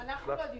אנחנו לא דיברנו.